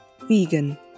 vegan